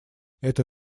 это